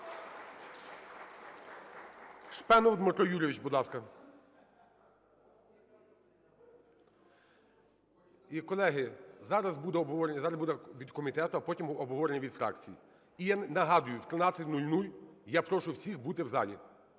Шпенов Дмитро Юрійович, будь ласка. І, колеги, зараз буде обговорення від комітету, а потім обговорення від фракцій. І я нагадую, в 13:00 я прошу усіх бути в залі.